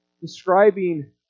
describing